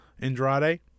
Andrade